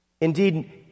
Indeed